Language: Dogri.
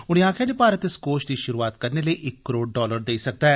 उनें आक्खेआ जे भारत इस कोष दी शुरुआत करने लेई इक करोड़ डालर देई सकदा ऐ